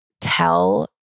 tell